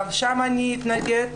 גם שם אני אתנגד.